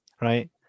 Right